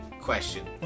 question